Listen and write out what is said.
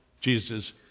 Jesus